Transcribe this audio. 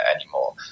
anymore